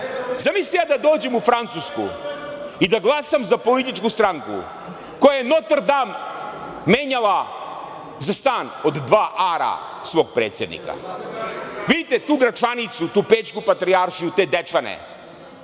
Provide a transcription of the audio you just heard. zamislite da ja dođem u Francusku i da glasam za političku stranku koja je Notr Dam menjala za stan od dva ara svog predsednika. Vidite tu Gračanicu, tu Pećku patrijaršiju, te Dečane.